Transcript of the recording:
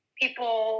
people